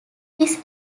his